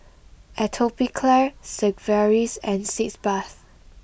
Atopiclair Sigvaris and Sitz bath